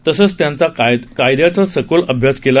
तसंच त्यांचा कायदयांचा सखोल अभ्यास होता